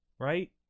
Right